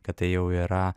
kad tai jau yra